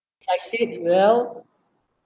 I see well